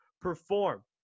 perform